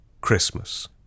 christmas